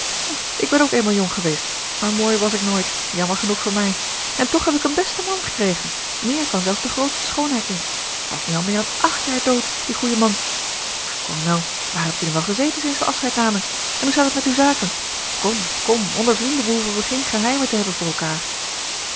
ik ben ook eenmaal jong geweest maar mooi was ik nooit jammer genoeg voor mij en toch heb ik een besten man gekregen méér kan zelfs de grootste schoonheid niet hij is nu al meer dan acht jaar dood die goeie man maar kolonel waar hebt u nu wel gezeten sinds we afscheid namen en hoe staat het met uw zaken kom kom onder vrienden behoeven we geen geheimen te hebben voor elkaar